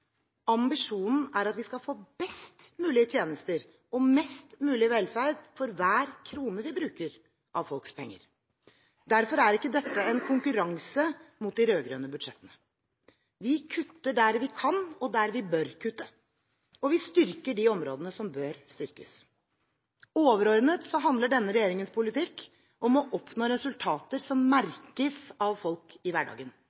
Ambisjonen er at vi skal få best mulig tjenester og mest mulig velferd for hver krone vi bruker av folks penger. Derfor er ikke dette en konkurranse mot de rød-grønne budsjettene. Vi kutter der vi kan og bør kutte, og vi styrker de områdene som bør styrkes. Overordnet handler denne regjeringens politikk om å oppnå resultater som merkes av folk i hverdagen,